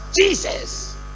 Jesus